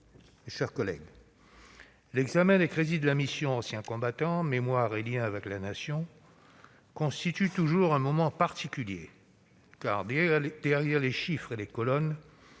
mes chers collègues, l'examen des crédits de la mission « Anciens combattants, mémoire et liens avec la Nation » constitue toujours un moment particulier, car derrière les chiffres et les colonnes,